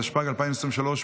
התשפ"ג 2023,